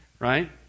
Right